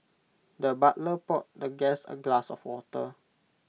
the butler poured the guest A glass of water